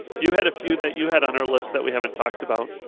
you had a few that you had on our list that we haven't talked about.